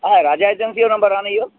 हा राजा एजेंसी जो नंबरु आहे ना इहो